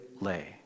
lay